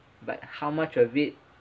but how much of it